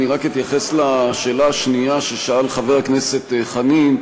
אני רק אתייחס לשאלה השנייה ששאל חבר הכנסת חנין.